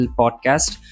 podcast